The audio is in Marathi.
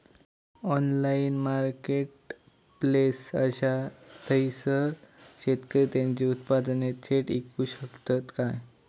ऑनलाइन मार्केटप्लेस असा थयसर शेतकरी त्यांची उत्पादने थेट इकू शकतत काय?